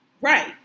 Right